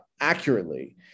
accurately